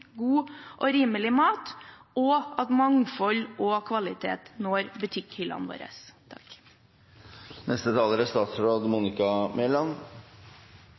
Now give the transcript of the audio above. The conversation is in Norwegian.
god og rimelig mat, og at mangfold og kvalitet når